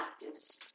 practice